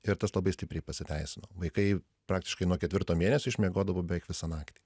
ir tas labai stipriai pasiteisino vaikai praktiškai nuo ketvirto mėnesio išmiegodavo beveik visą naktį